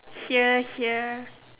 here here